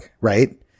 right